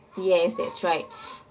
yes that's right